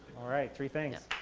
alright, three things.